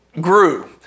grew